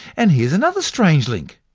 and here's another strange link.